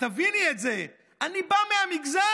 תביני את זה, אני בא מהמגזר,